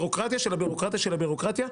הבירוקרטיה של הבירוקרטיה של הבירוקרטיה.